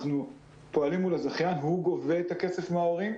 פועלים מול הזכיין והוא גובה את הכסף מההורים.